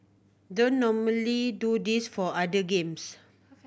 don't normally do this for other games